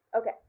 Okay